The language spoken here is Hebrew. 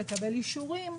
לקבל אישורים.